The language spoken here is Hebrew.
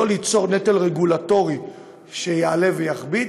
שלא ליצור נטל רגולטורי שיעלה ויכביד,